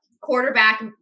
quarterback